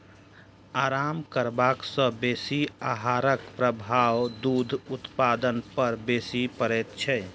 आराम करबा सॅ बेसी आहारक प्रभाव दूध उत्पादन पर बेसी पड़ैत छै